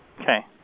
Okay